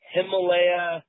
Himalaya